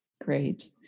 Great